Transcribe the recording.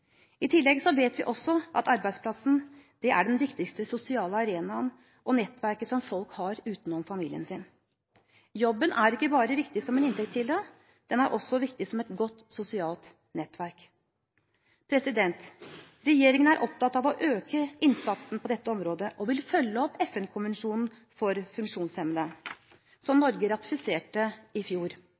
I tillegg vet vi også at arbeidsplassen er den viktigste sosiale arenaen og nettverket som folk har utenom familien sin. Jobben er ikke bare viktig som en inntektskilde, den er også viktig som et godt sosialt nettverk. Regjeringen er opptatt av å øke innsatsen på dette området og vil følge opp FN-konvensjonen for funksjonshemmede, som Norge ratifiserte i fjor.